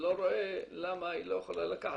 אני לא רואה למה היא לא יכולה לקחת,